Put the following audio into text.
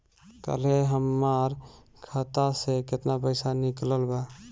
काल्हे हमार खाता से केतना पैसा निकलल बा?